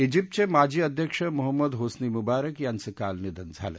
ाजिप्तचे माजी अध्यक्ष Mohamed Hosni Mubarak यांचं काल निधन झालं